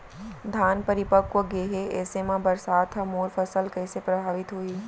धान परिपक्व गेहे ऐसे म बरसात ह मोर फसल कइसे प्रभावित होही?